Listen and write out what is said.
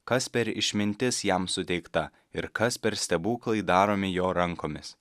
kas per išmintis jam suteikta ir kas per stebuklai daromi jo rankomis